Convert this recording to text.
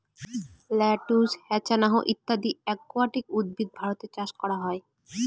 lettuce, hyacinth ইত্যাদি aquatic উদ্ভিদ ভারতে চাষ করা হয়